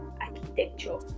architecture